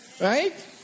Right